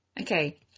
okay